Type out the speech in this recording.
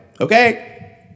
Okay